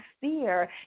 fear